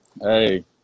Hey